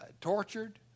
tortured